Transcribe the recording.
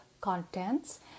contents